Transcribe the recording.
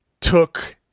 took